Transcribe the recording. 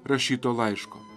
rašyto laiško